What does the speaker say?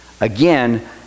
Again